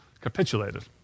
capitulated